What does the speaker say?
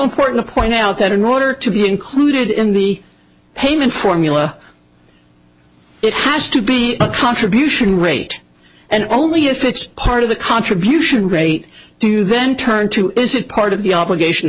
important to point out that in order to be included in the payment formula it has to be a contribution rate and only if it's part of the contribution great do you then turn to is it part of the obligation to